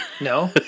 No